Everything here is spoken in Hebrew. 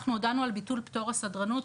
ואנחנו הודענו על ביטול פטור הסדרנות,